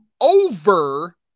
over